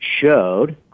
showed